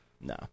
No